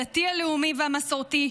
הדתי-הלאומי והמסורתי,